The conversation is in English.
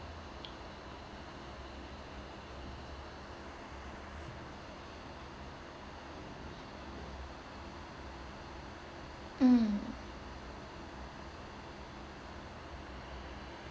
um